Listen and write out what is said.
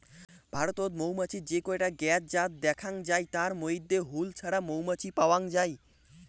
ভারতত মৌমাছির যে কয়টা জ্ঞাত জাত দ্যাখ্যাং যাই তার মইধ্যে হুল ছাড়া মৌমাছি পাওয়াং যাই